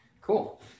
cool